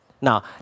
now